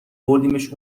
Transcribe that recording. بردیمش